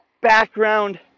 background